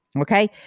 Okay